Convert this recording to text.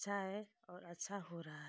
अच्छा है और अच्छा हो रहा है